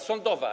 Sądowa.